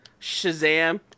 Shazam